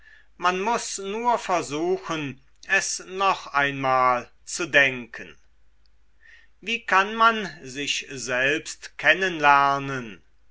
man muß nur versuchen es noch einmal zu denken wie kann man sich selbst